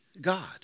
God